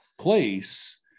place